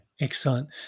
excellent